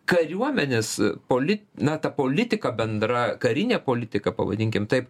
kariuomenės polit na ta politika bendra karinė politika pavadinkim taip